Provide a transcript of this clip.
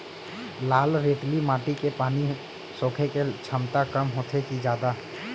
लाल रेतीली माटी के पानी सोखे के क्षमता कम होथे की जादा?